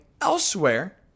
elsewhere